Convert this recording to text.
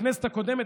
בכנסת הקודמת,